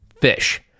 fish